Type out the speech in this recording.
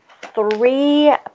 three